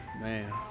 man